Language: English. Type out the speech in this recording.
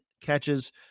catches